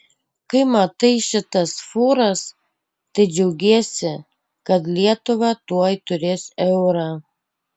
kai matai šitas fūras tai džiaugiesi kad lietuva tuoj turės eurą